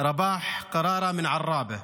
רבאח קראקרה מעראבה,